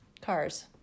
cars